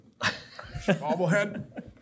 bobblehead